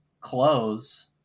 clothes